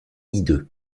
hideux